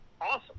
Awesome